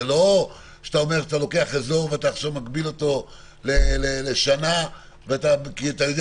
זה לא שאתה לוקח אזור ואתה עכשיו מגביל אותו לשנה כי אתה יודע